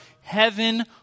heaven